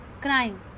Crime